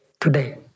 today